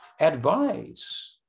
advice